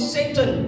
Satan